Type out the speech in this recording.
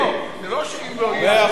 זה לא שאם לא יהיה,